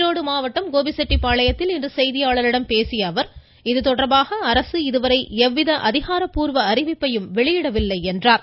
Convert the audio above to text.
ஈரோடு மாவட்டம் கோபிச்செட்டிப்பாளையத்தில் இன்று செய்தியாளர்களிடம் பேசிய அவர் இதுதொடர்பாக அரசு இதுவரை எவ்வித அதிகாரப்பூர்வ அறிவிப்பையும் வெளியிடவில்லை என்றார்